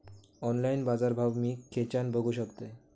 Online बाजारभाव मी खेच्यान बघू शकतय?